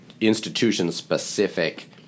institution-specific